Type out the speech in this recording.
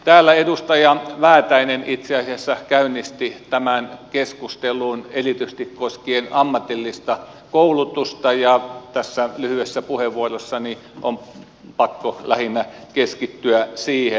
täällä edustaja väätäinen itse asiassa käynnisti tämän keskustelun erityisesti koskien ammatillista koulutusta ja tässä lyhyessä puheenvuorossani on pakko lähinnä keskittyä siihen